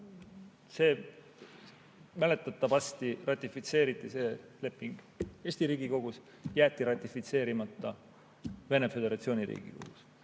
Mäletatavasti ratifitseeriti see leping Eesti Riigikogus, jäeti ratifitseerimata Venemaa Föderatsiooni Riigiduumas.